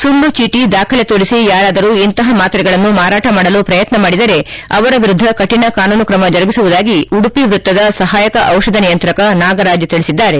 ಸುಳ್ಳು ಚೀಟಿ ದಾಖಲೆ ತೋರಿಸಿ ಯಾರಾದರೂ ಇಂತಪ ಮಾತ್ರೆಗಳನ್ನು ಮಾರಾಟ ಮಾಡಲು ಪ್ರಯತ್ನ ಮಾಡಿದರೆ ಅವರ ವಿರುದ್ಧ ಕಠಿಣ ಕಾನೂನು ಕ್ರಮ ಜರುಗಿಸುವುದಾಗಿ ಉಡುಪಿ ವೃತ್ತದ ಸಹಾಯಕ ಚಿಷಧ ನಿಯಂತ್ರಕ ನಾಗರಾಜ್ ತಿಳಿಸಿದ್ದಾರೆ